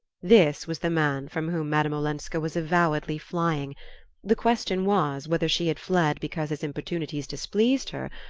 this was the man from whom madame olenska was avowedly flying the question was whether she had fled because his importunities displeased her,